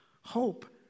hope